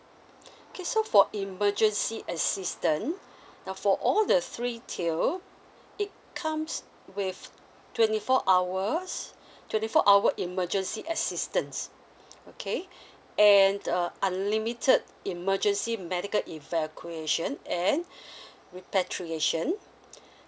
okay so for emergency assistant uh for all the three tiers it comes with twenty four hours twenty four hour emergency assistance okay and uh unlimited emergency medical evacuation and depredation